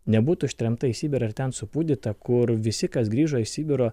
nebūtų ištremta į sibirą ir ten supūdyta kur visi kas grįžo į sibiro